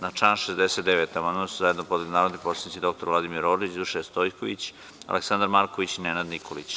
Na član 69. amandman su zajedno podneli narodni poslanici dr Vladimir Orlić, Dušica Stojković, Aleksandar Marković i Nenad Nikolić.